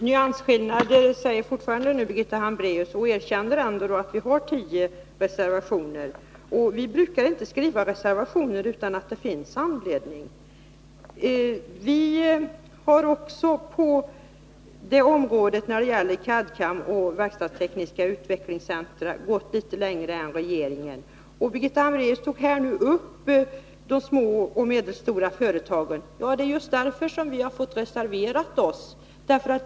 Herr talman! Birgitta Hambraeus vidhåller att det är nyansskillnader, men hon erkänner samtidigt att vi har avgivit tio reservationer. Vi brukar inte skriva reservationer utan att det finns anledning till det. Också när det gäller CAD/CAM-centraler och verkstadstekniska utvecklingscentra har vi gått litet längre än regeringen. Birgitta Hambraeus var inne på de små och medelstora företagen, och det är just med tanke på dem som vi har reserverat oss.